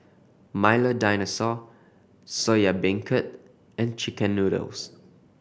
Milo Dinosaur Soya Beancurd and chicken noodles